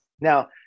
Now